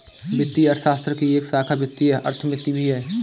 वित्तीय अर्थशास्त्र की एक शाखा वित्तीय अर्थमिति भी है